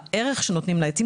בערך שנותנים לעצים,